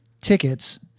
tickets